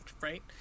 Right